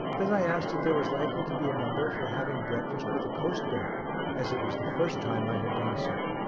then i asked if there was likely to be a number for having breakfast with a coastguard as it was the first time i had done so.